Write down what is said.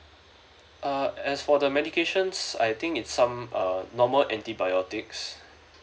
uh as for the medications I think it's some uh normal antibiotics